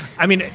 i mean,